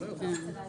לדעת